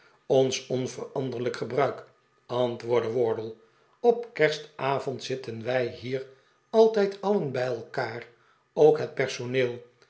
ons onveranderlijk gebruik antwoordde wardle op kerstavond zitten wij hier altijd alien bij elkaar ook het personeel